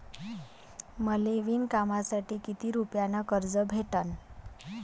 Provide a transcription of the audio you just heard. मले विणकामासाठी किती रुपयानं कर्ज भेटन?